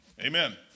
Amen